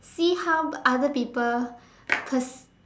see how other people pers~